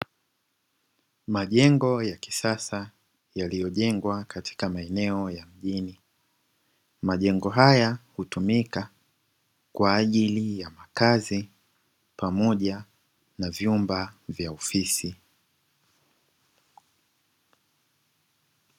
Majengo ya kisasa yaliyojengwa katika maeneo ya mjini. Majengo haya hutumika kwa ajili ya makazi pamoja na vyumba vya ofisi.